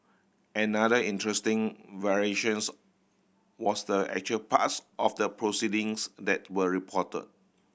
another interesting variations was the actual parts of the proceedings that were report